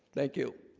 thank you